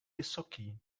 vysoký